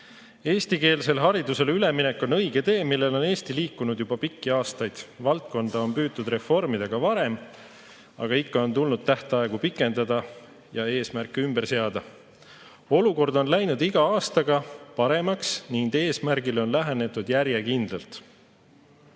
Eestikeelsele haridusele üleminek on õige tee, millel on Eesti liikunud juba pikki aastaid. Valdkonda on püütud reformida ka varem, aga ikka on tulnud tähtaegu pikendada ja eesmärke ümber seada. Olukord on läinud iga aastaga paremaks ning eesmärgile on lähenetud järjekindlalt. Ma